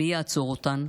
מי יעצור אותן.